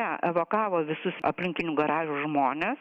jie evakavo visus aplinkinių garažų žmones